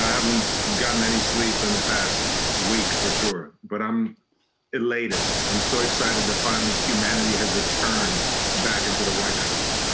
i haven't um gotten any sleep in the past week for sure. but i'm elated. i'm so excited that finally humanity has returned back into the white house.